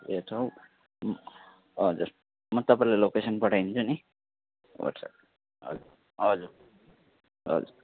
ए ठाउँ ह हजुर म तपाईँलाई लोकेसन पठाइदिन्छु नि वाट्सएप हजुर हजुर हजुर